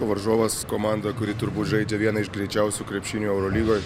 varžovas komanda kuri turbūt žaidžia vieną iš greičiausių krepšinių eurolygoj